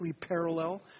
parallel